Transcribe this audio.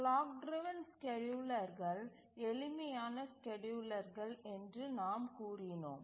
clock driven ஸ்கேட்யூலர்கள் எளிமையான ஸ்கேட்யூலர்கள் என்று நாம் கூறினோம்